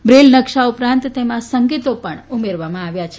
Braille નકશા ઉપરાંત તેમાં સંકેતો પણ ઉમેરવામાં આવ્યા છે